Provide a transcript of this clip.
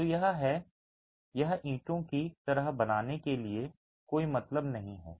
तो यह है यह ईंटों की तरह बनाने के लिए कोई मतलब नहीं है